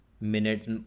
minutes